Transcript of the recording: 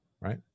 Right